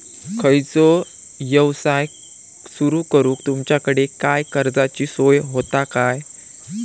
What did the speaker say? खयचो यवसाय सुरू करूक तुमच्याकडे काय कर्जाची सोय होता काय?